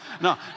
No